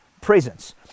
presence